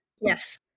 yes